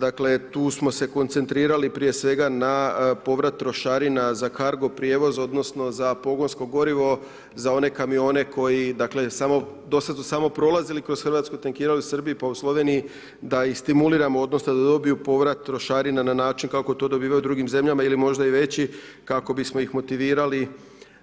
Dakle tu smo se koncentrirali prije svega na povrat trošarina za cargo prijevoz, odnosno za pogonsko gorivo za one kamione koji, do sad su samo prolazili kroz Hrvatsku, tankirali u Srbiji pa u Sloveniji, da ih stimuliramo, odnosno da dobiju povrat trošarina na način kako to dobivaju u drugim zemljama ili možda i veći kako bismo ih motivirali